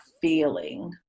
feeling